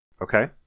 Okay